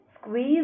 squeeze